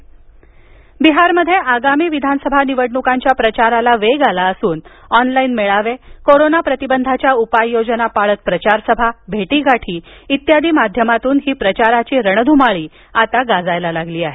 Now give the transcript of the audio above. विहार निवडणूक विहारमध्ये आगामी विधानसभा निवडणुकांच्या प्रचाराला वेग आला असून ऑनलाईन मेळावे कोरोना प्रतिबंधाच्या उपाययोजना पाळत प्रचारसभा भेटीगाठी इत्यादी माध्यमातून ही प्रचाराची रणधुमाळी गाजायला लागली आहे